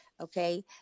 okay